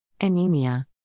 anemia